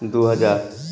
দু হাজার